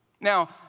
Now